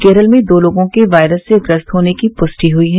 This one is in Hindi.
केरल में दो लोगों के वायरस से ग्रस्त होने की पुष्टि हई है